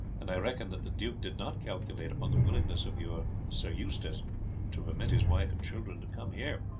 and i reckon that the duke did not calculate upon the willingness of your sir eustace to permit his wife and children to come here,